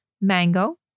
mango